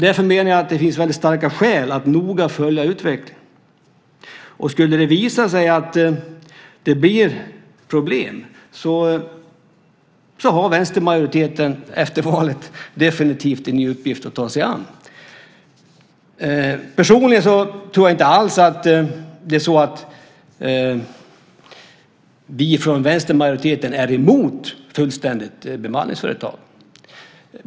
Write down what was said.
Därför menar vi att det finns väldigt starka skäl att noga följa upp detta. Skulle det visa sig att det blir problem har vänstermajoriteten efter valet definitivt en uppgift att ta sig an. Personligen tror jag inte alls att vi från vänstermajoriteten är fullständigt emot bemanningsföretag.